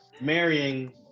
marrying